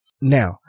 now